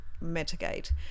mitigate